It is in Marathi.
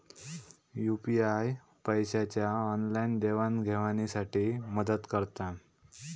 यू.पी.आय पैशाच्या ऑनलाईन देवाणघेवाणी साठी मदत करता